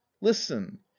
listen